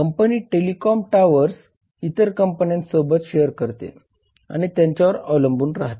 company telecom towers इतर अनेक कंपन्यांसोबत शेअर करते आणि त्यांच्यावर अवलंबून राहते